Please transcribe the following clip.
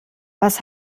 was